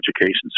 Education